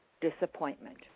disappointment